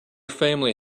family